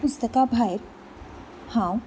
पुस्तकां भायर हांव